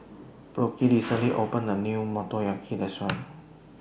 Brooke recently opened A New Motoyaki Restaurant